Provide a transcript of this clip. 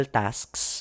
tasks